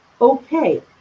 okay